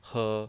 her